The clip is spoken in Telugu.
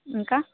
ఇంకా